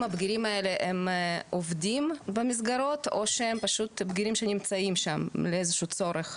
הבגירים האלה עובדים במסגרות או שהם בגירים שנמצאים שם לאיזשהו צורך.